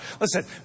Listen